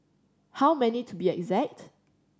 how many to be exact